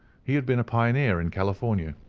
he had been a pioneer in california,